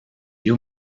you